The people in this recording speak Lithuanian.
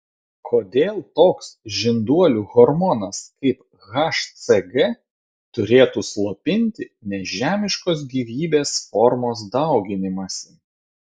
kodėl toks žinduolių hormonas kaip hcg turėtų slopinti nežemiškos gyvybės formos dauginimąsi